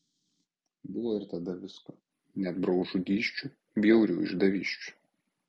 buvo ir tada visko net brolžudysčių bjaurių išdavysčių